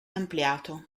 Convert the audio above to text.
ampliato